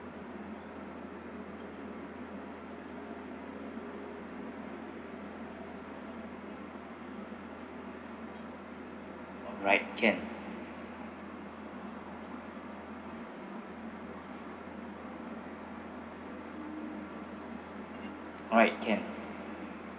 alright can alright can